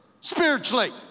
spiritually